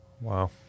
Wow